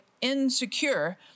insecure